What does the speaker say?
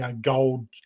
gold